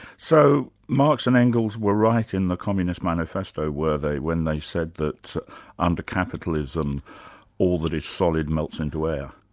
so marx and engels were right in the communist manifesto were they, when they said that under capitalism all that is solid melts into air?